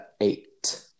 eight